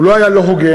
הוא לא היה לא הוגן,